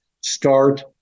start